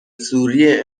سوری